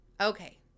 Okay